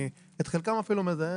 אני את חלקם אפילו מזהה.